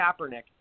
Kaepernick